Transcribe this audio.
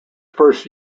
first